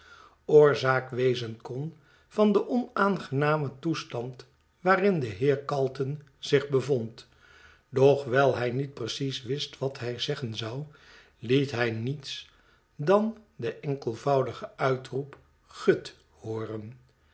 oorzaak wezen kon van den onaangenamen toestand waarin de heer calton zich bevond doch wijl hij niet precies wist wat hij zeggen zou liet hij niets dan den enkelvoudigen uitroep gut hooren